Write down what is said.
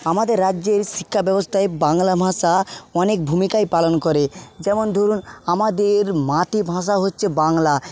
আমাদের রাজ্যের শিক্ষাব্যবস্থায় বাংলা ভাষা অনেক ভূমিকাই পালন করে যেমন ধরুন আমাদের মাতৃভাষা হচ্ছে বাংলা